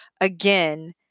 again